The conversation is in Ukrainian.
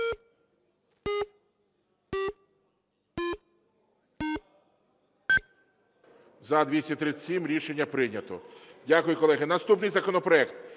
За-237 Рішення прийнято. Дякую, колеги. Наступний законопроект